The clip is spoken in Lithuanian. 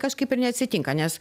kažkaip ir neatsitinka nes